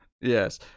Yes